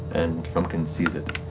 and frumpkin sees it.